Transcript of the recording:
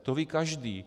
To ví každý.